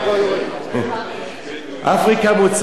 אפריקה מוצפת היום בתרופות